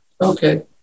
okay